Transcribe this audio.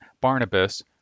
Barnabas